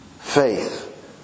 faith